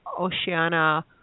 Oceana